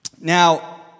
Now